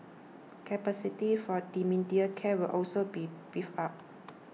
capacity for dementia care will also be beefed up